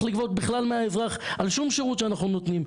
לגבות בכלל מהאזרח על שום שירות שאנחנו נותנים".